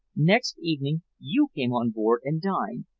next evening you came on board and dined,